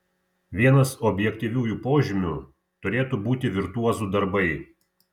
vienas objektyviųjų požymių turėtų būti virtuozų darbai